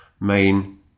main